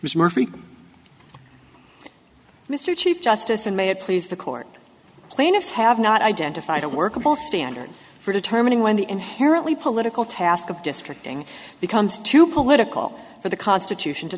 mr murphy mr chief justice and may it please the court plaintiffs have not identified a workable standard for determining when the inherently political task of destructing becomes too political for the constitution to